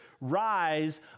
rise